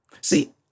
See